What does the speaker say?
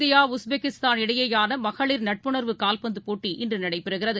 India Uzbekistan இடையேயானமகளிர் நட்புணர்வு கால்பந்தபோட்டி இன்றுநடைபெறுகிறது